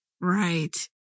right